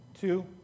Two